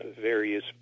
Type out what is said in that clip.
various